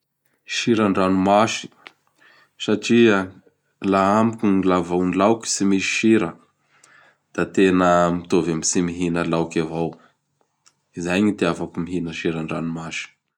Sirandranomasy satria la amiko gn la vô gn laoky gn tsisy sira; da tena mitovy am tsy mihina laoky avao. Zay gn itiavako mihina siran-dranomasy.